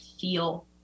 feel